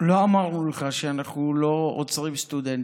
לא אמרנו לך שאנחנו לא עוצרים סטודנטים.